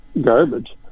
garbage